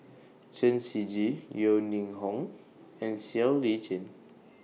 Chen Shiji Yeo Ning Hong and Siow Lee Chin